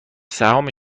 سهام